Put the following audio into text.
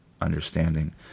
understanding